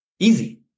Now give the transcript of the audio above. easy